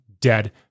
dead